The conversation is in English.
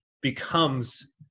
becomes